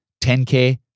10k